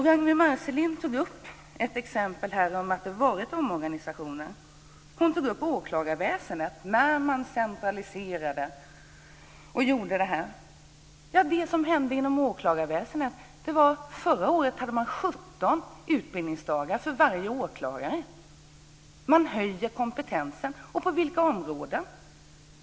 Ragnwi Marcelind tog upp ett exempel på en omorganisation. Hon tog upp åklagarväsendet när det centraliserades. Det som hänt inom åklagarväsendet är att man förra året hade 17 utbildningsdagar för varje åklagare. Man höjer kompetensen. På vilka områden?